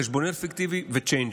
חשבוניות פיקטיביות וצ'יינג'ים.